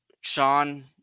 Sean